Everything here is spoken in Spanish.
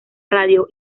radio